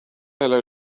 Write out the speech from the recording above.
hello